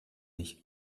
ich